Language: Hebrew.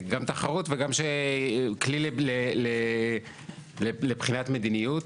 גם תחרות וגם כלי לבחינת מדיניות,